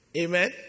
Amen